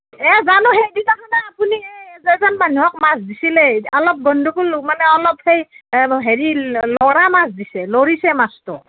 এ জানোঁ সেইদিনাখনেই আপুনি এই যিজন মানুহক মাছ দিছিলে অলপ গণ্ডগোল মানে অলপ সেই হেৰি লৰা মাছ দিছিলে লৰিছে মাছটো